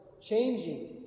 changing